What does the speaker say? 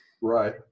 Right